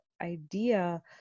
idea